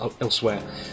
elsewhere